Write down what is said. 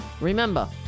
Remember